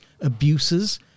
abuses